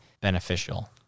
beneficial